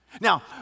Now